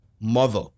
Mother